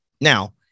Now